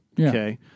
okay